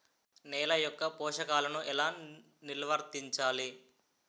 నెల యెక్క పోషకాలను ఎలా నిల్వర్తించాలి